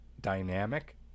dynamic